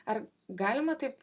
ar galima taip